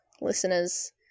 listeners